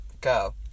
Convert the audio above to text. Go